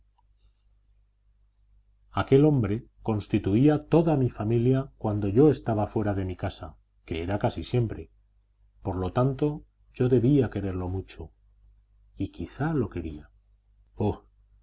aquel hombre constituía toda mi familia cuando yo estaba fuera de mi casa que era casi siempre por lo tanto yo debía quererlo mucho y quizá lo quería oh